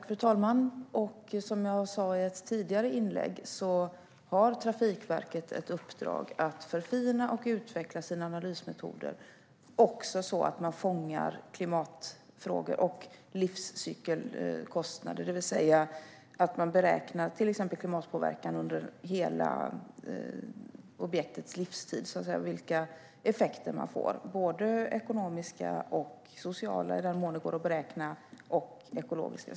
Fru talman! Som jag sa i ett tidigare inlägg har Trafikverket ett uppdrag att förfina och utveckla sina analysmetoder, också så att man fångar klimatfrågor och livscykelkostnader, det vill säga att man beräknar till exempel klimatpåverkan under hela objektets livstid och vilka effekter man får, både ekonomiska och sociala, i den mån det går att beräkna, samt ekologiska.